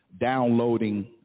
downloading